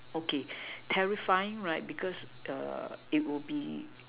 okay terrifying right because it will be